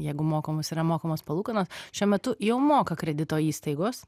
jeigu mokamos yra mokamos palūkanos šiuo metu jau moka kredito įstaigos